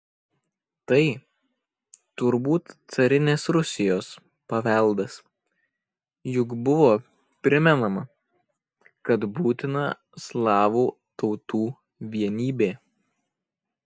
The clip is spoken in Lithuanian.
tai turbūt carinės rusijos paveldas juk buvo primenama kad būtina slavų tautų vienybė